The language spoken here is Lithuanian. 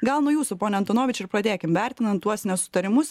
gal nuo jūsų pone antonovič ir pradėkim vertinant tuos nesutarimus